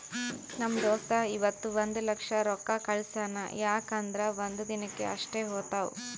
ನಮ್ ದೋಸ್ತ ಇವತ್ ಒಂದ್ ಲಕ್ಷ ರೊಕ್ಕಾ ಕಳ್ಸ್ಯಾನ್ ಯಾಕ್ ಅಂದುರ್ ಒಂದ್ ದಿನಕ್ ಅಷ್ಟೇ ಹೋತಾವ್